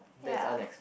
ya